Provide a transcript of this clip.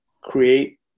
create